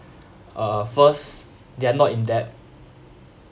uh first they are not in debt